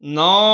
ਨੋਂ